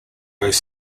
both